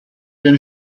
den